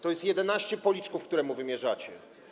To jest 11 policzków, które mu wymierzacie.